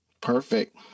Perfect